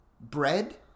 bread